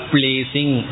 Placing